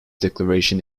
declaration